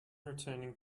returning